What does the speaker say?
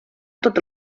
tot